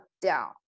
down